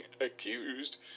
accused